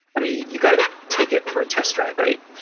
i mean, you got to take it for a test drive, right?